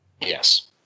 Yes